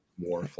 more